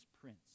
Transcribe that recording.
prince